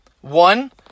One